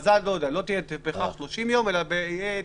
שההכרזה לא תהיה בהכרח 30 יום אלא יצטרכו